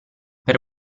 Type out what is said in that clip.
per